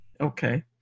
Okay